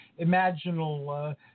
imaginal